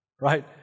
right